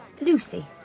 Lucy